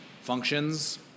Functions